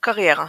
קריירה